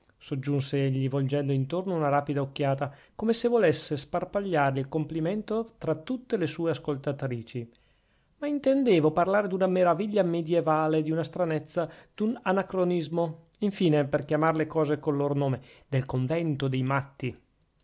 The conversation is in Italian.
soggiunse egli volgendo intorno una rapida occhiata come se volesse sparpagliare il complimento tra tutte le sue ascoltatrici ma intendevo parlare d'una meraviglia medievale di una stranezza d'un anacronismo infine per chiamar le cose col loro nome del convento dei matti